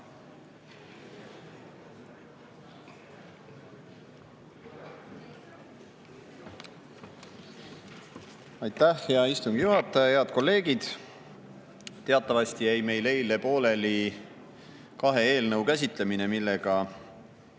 Aitäh, hea istungi juhataja! Head kolleegid! Teatavasti jäi meil eile pooleli kahe eelnõu käsitlemine, millega